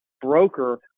broker